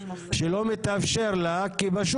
אני חוזר על הבקשה שלנו להעביר את זה לוועדת